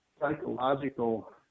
psychological